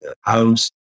house